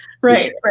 Right